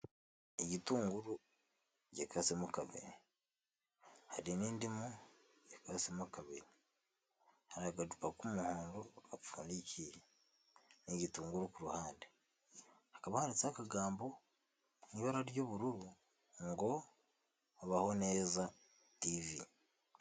Igitunguru gikasemo kaburi, hari n'indimu ikasemo kabiri, hari agacupa k'umuhondo gapfundikiye n'igitunguru ku ruhande, hakaba handitseho akagambo mu ibara ry'ubururu ngo: "baho neza tv".